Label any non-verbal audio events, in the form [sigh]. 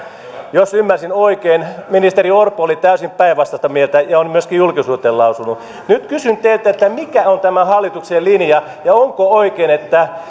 jos ymmärsin oikein ministeri orpo oli täysin päinvastaista mieltä ja on sen myöskin julkisuuteen lausunut nyt kysyn teiltä mikä on tämä hallituksen linja ja onko oikein että [unintelligible]